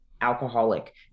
alcoholic